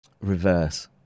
reverse